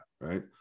right